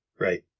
right